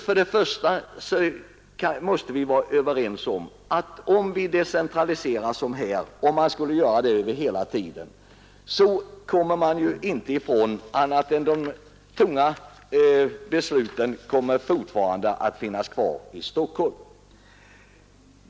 Först och främst måste vi vara överens om att det även vid en eventuellt fortlöpande decentralisering efter samma mönster som hittills är oundvikligt att de tunga besluten fortfarande kommer att fattas i Stockholm.